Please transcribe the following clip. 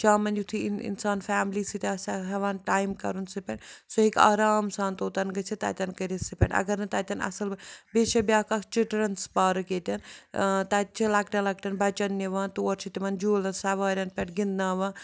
شامَن یُتھُے اِن اِنسان فیملی سۭتۍ آسہِ ہا ہٮ۪وان ٹایم کَرُن سٕپٮ۪نٛڈ سُہ ہیٚکہِ آرام سان توٚتَن گٔژھِتھ تَتٮ۪ن کٔرِتھ سٕپٮ۪نٛڈ اَگر نہٕ تَتٮ۪ن اَصٕل بیٚیہِ چھےٚ بیٛاکھ اَکھ چِٹرَنٕز پارک ییٚتٮ۪ن تَتہِ چھِ لۄکٹٮ۪ن لۄکٹٮ۪ن بَچَن نِوان تور چھِ تِمَن جوٗلہٕ سوارٮ۪ن پٮ۪ٹھ گِنٛدناوان